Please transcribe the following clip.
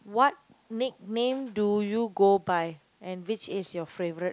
what nickname do you go by and which is your favourite